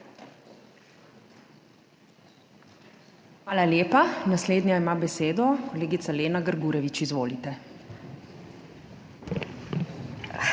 Hvala lepa. Naslednja ima besedo kolegica Lena Grgurevič. Izvolite. **LENA